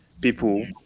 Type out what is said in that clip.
people